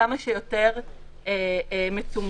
כמה שיותר מצומצם,